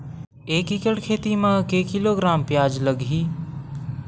एक एकड़ खेती म के किलोग्राम प्याज लग ही?